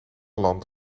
land